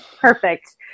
perfect